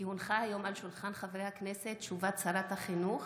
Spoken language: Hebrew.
כי הונחה היום על שולחן חברי הכנסת הודעת שרת החינוך